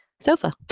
Sofa